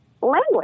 language